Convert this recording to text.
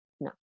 No